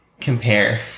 compare